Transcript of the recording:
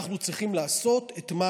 אנחנו צריכים לעשות את מה